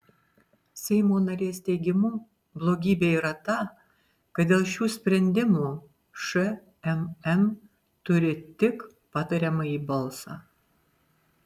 seimo narės teigimu blogybė yra ta kad dėl šių sprendimų šmm turi tik patariamąjį balsą